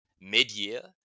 mid-year